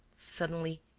suddenly,